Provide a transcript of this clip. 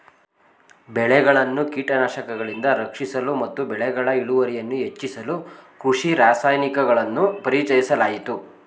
ಬೆಳೆಗಳನ್ನು ಕೀಟಗಳಿಂದ ರಕ್ಷಿಸಲು ಮತ್ತು ಬೆಳೆಗಳ ಇಳುವರಿಯನ್ನು ಹೆಚ್ಚಿಸಲು ಕೃಷಿ ರಾಸಾಯನಿಕಗಳನ್ನು ಪರಿಚಯಿಸಲಾಯಿತು